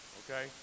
okay